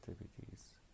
activities